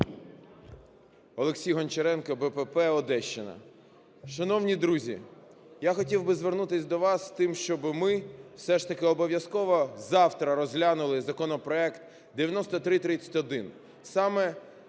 Олексій Гончаренко, БПП, Одещина. Шановні друзі, я хотів би звернутися до вас з тим, щоби ми все ж таки обов'язково завтра розглянули законопроект 9331, саме